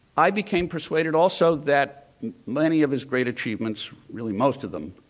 i became persuaded also that many of his great achievements, really most of them,